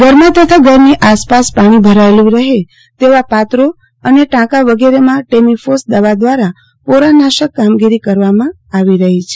ઘરમાં તથા ઘરની આસપાસ પાજી ભરાયેલુ રહે તેવા પાત્રો તથા ટાંકા વગેરેમાં ટેમીફોસ દવા દ્વારા પોરાનાશક કામગીરી કરવામાં આવી રહી છે